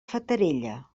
fatarella